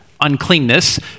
uncleanness